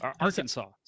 Arkansas